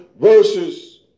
verses